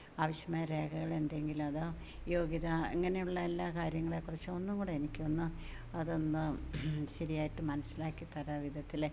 ആവശ്യമായ രേഖകളെന്തെങ്കിലും അതോ യോഗ്യത ഇങ്ങനെയുള്ള എല്ലാ കാര്യങ്ങളെക്കുറിച്ചും ഒന്നും കൂടി എനിക്കൊന്ന് അതൊന്ന് ശരിയായിട്ടു മനസ്സിലാക്കി തരാൻ വിധത്തിൽ